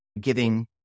giving